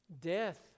death